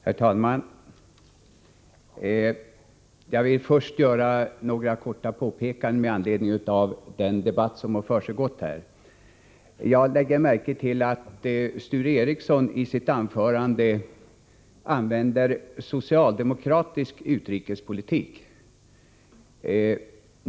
Herr talman! Jag vill först göra några korta påpekanden med anledning av den debatt som har försiggått här. Jag lade märke till att Sture Ericson i sitt anförande använde uttrycket ”socialdemokratisk utrikespolitik”.